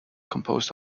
composed